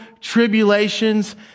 tribulations